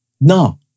no